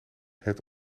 het